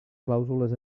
clàusules